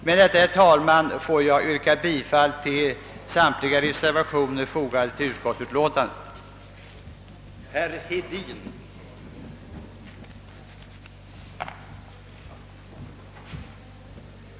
Med detta, herr talman, ber jag att få yrka bifall till samtliga reservationer, som är fogade till bevillningsutskottets betänkande nr 36.